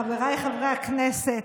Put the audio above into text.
חבריי חברי הכנסת,